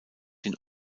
den